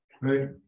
right